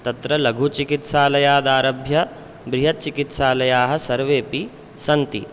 तत्र लघुचिकित्सालयादारभ्य बृहत् चिकित्सालयाः सर्वे अपि सन्ति